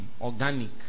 Organic